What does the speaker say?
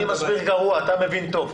אני מסביר גרוע, אתה מבין טוב.